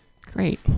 Great